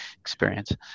experience